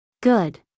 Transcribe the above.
Good